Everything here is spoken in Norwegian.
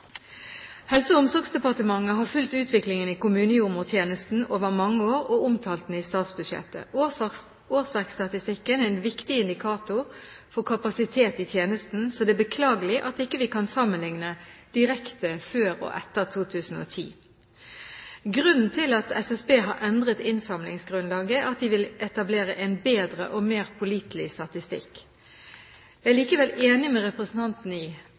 Helse- og omsorgsdepartementet har fulgt utviklingen i kommunejordmortjenesten over mange år og omtalt den i statsbudsjettet. Årsverksstatistikken er en viktig indikator for kapasitet i tjenesten, så det er beklagelig at vi ikke kan sammenligne direkte før og etter 2010. Grunnen til at SSB har endret innsamlingsgrunnlaget, er at de vil etablere en bedre og mer pålitelig statistikk. Jeg er likevel enig med representanten i